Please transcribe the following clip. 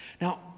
Now